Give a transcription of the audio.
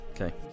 Okay